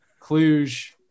Cluj